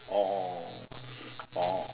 oh oh oh oh